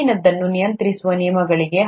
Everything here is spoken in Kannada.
ಮೇಲಿನದನ್ನು ನಿಯಂತ್ರಿಸುವ ನಿಯಮಗಳಿವೆಯೇ